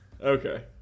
Okay